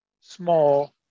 small